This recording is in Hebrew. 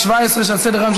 אין מתנגדים, אין נמנעים.